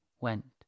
went